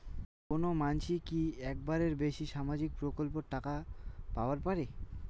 কোনো মানসি কি একটার বেশি সামাজিক প্রকল্পের টাকা পাবার পারে?